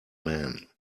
man